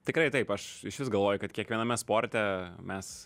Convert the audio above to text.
tikrai taip aš išvis galvoju kad kiekviename sporte mes